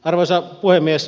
arvoisa puhemies